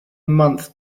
month